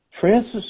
Francis